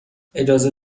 اجازه